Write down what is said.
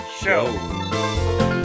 Show